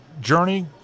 journey